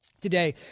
today